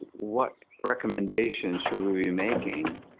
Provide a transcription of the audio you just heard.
what recommendation should we be making